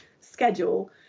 schedule